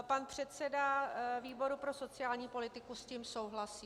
Pan předseda výboru pro sociální politiku s tím souhlasí.